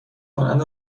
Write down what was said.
مانند